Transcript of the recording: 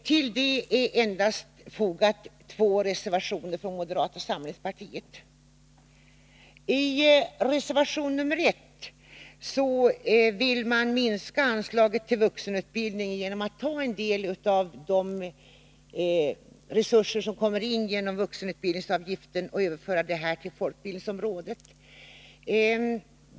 Till det är endast två reservationer från moderata samlingspartiet fogade. I reservation nr 1 vill man minska anslaget till vuxenutbildningen genom att överföra en del av de resurser som kommer in genom vuxenutbildningsavgiften till folkbildningsområdet.